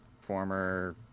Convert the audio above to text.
former